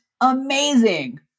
amazing